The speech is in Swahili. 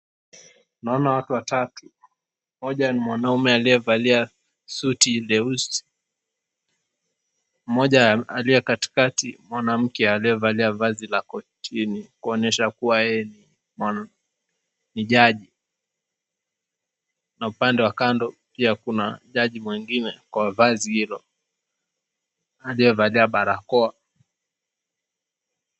Naona watu watatu; mmoja ni mwanamme aliyevalia suti leusi, mmoja aliye katikati ni mwanamke aliyevalia vazi la kotini kuonyesha kuwa yeye ni jaji, na upande wa kando pia kuna jaji mwingine kwa vazi hilo aliyevalia barakoa.